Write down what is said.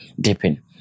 dipping